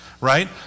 right